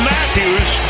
Matthews